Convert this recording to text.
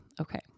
Okay